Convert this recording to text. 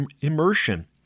immersion